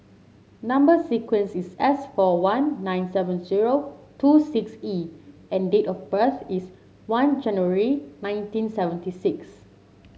number sequence is S four one nine seven zero two six E and date of birth is one January nineteen seventy six